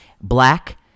black